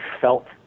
felt